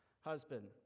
Husband